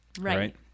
Right